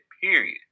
period